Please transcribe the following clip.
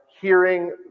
hearing